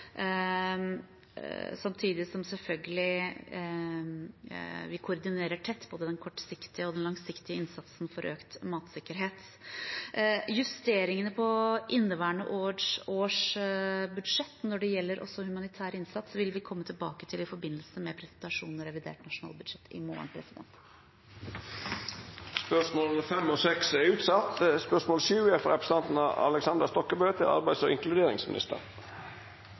samtidig som vi selvfølgelig koordinerer tett både den kortsiktige og den langsiktige innsatsen for økt matsikkerhet. Justeringene på inneværende års budsjett når det gjelder humanitær innsats, vil vi også komme tilbake til i forbindelse med presentasjonen av revidert nasjonalbudsjett i morgen. Dette spørsmålet, frå representanten Sofie Marhaug til klima- og miljøministeren, må utsetjast til neste spørjetime, då statsråden er bortreist. Dette spørsmålet, frå representanten Ola Elvestuen til